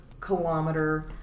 kilometer